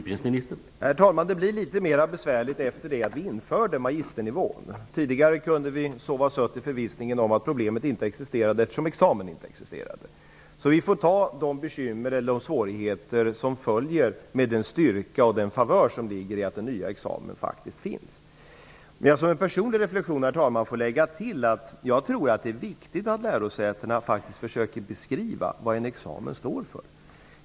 Herr talman! Det blev litet mer besvärligt efter det att vi införde magisternivån. Tidigare kunde vi sova sött i förvissningen om att problemet inte existerade, eftersom examen inte existerade. Vi får ta de svårigheter som följer med den styrka och den favör som ligger i att den nya examen faktiskt finns. Som en personlig reflexion vill jag lägga till att jag tror att det är viktigt att lärosätena försöker beskriva vad en examen står för.